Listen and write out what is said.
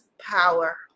power